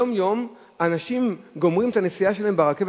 יום-יום אנשים גומרים את הנסיעה שלהם ברכבת